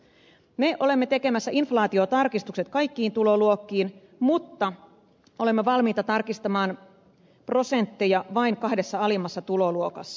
me olemme tekemässä inflaatiotarkistukset kaikkiin tuloluokkiin mutta olemme valmiita tarkistamaan prosentteja vain kahdessa alimmassa tuloluokassa